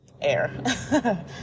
air